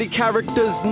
characters